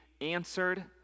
answered